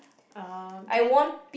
um can